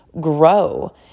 grow